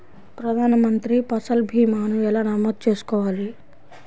ప్రధాన మంత్రి పసల్ భీమాను ఎలా నమోదు చేసుకోవాలి?